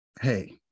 Hey